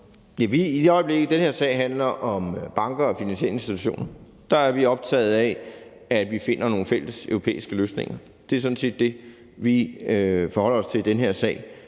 Den her sag handler om banker og finansielle institutioner, og der er vi optaget af, at vi finder nogle fælles europæiske løsninger. Det er sådan set det, vi forholder os til i den her sag,